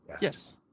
Yes